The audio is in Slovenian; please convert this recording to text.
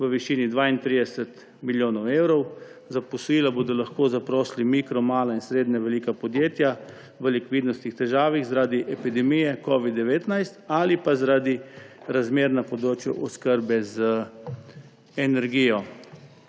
v višini 32 milijonov evrov. Za posojila bodo lahko zaprosila mikro, mala in srednje velika podjetja v likvidnostnih težavah zaradi epidemije covida-19 ali pa zaradi razmer na področju oskrbe z energijo.